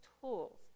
tools